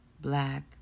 black